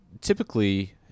typically